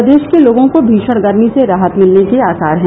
प्रदेश के लोगों को भीषण गर्मी से राहत मिलने के आसार हैं